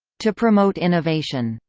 to promote innovation,